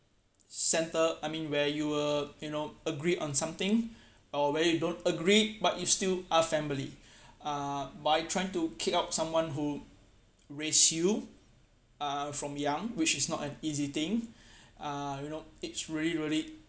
center I mean where you will you know agreed on something or where you don't agree but you still are family uh by trying to kick out someone who raised you uh from young which is not an easy thing uh you know it's really really